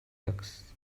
ducks